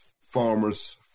farmers